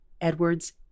Edwards